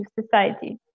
society